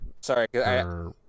sorry